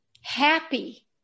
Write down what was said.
happy